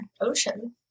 ocean